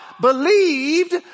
believed